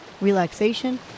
relaxation